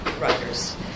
writers